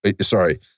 Sorry